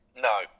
No